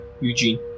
Eugene